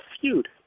feud